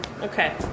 okay